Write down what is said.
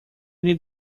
need